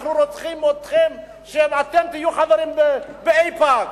אנחנו רוצים אתכם שתהיו חברים באיפא"ק,